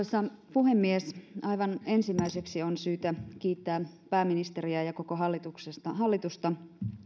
puhemies aivan ensimmäiseksi on syytä kiittää pääministeriä ja koko hallitusta hallitusta